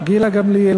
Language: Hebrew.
גילה גמליאל,